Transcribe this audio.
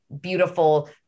beautiful